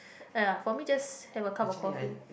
ya for me just have a cup of coffee